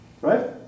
right